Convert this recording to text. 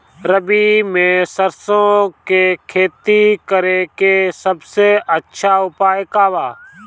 रबी में सरसो के खेती करे के सबसे अच्छा उपाय का बा?